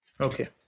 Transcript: Okay